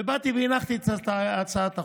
באתי והנחתי את הצעת החוק.